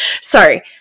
Sorry